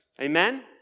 Amen